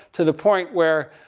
to the point where,